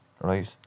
right